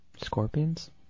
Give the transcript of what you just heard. Scorpions